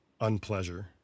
unpleasure